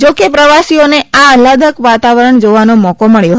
જો કે પ્રવાસીઓને આ આહલાદક વાતાવરણ જોવાનો મોકો મળ્યો હતો